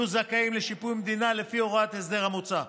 יהיו זכאים לשיפוי מהמדינה לפי הוראות ההסדר המוצע.